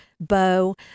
bow